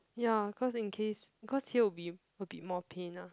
ya cause in case because here will be a bit more pain ah